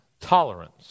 tolerance